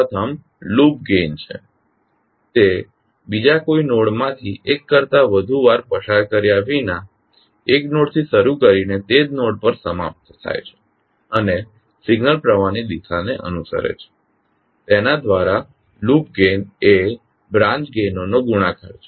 પ્રથમ loop gain છે તે બીજા કોઇ નોડ માથી એક કરતા વધુ વાર પસાર કર્યા વિના એક નોડથી શરૂ કરીને તે જ નોડ પર સમાપ્ત થાય છે અને સિગ્નલ પ્રવાહની દિશાને અનુસરે છે તેના દ્વારા લૂપ ગેઇન એ બ્રાન્ચ ગેઇનોનો ગુણાકાર છે